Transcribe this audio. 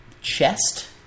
chest